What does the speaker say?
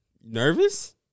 Nervous